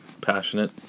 passionate